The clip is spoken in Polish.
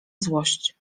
złość